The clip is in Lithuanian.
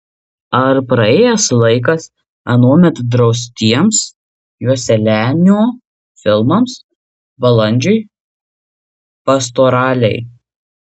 ar praėjęs laikas anuomet draustiems joselianio filmams balandžiui pastoralei